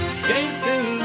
skating